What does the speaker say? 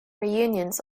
reunions